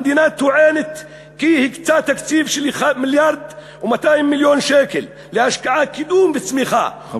המדינה טוענת כי הקצתה תקציב של 1.2 מיליארד שקל להשקעה בקידום וצמיחה,